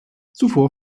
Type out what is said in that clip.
zuvor